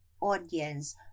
audience